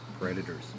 predators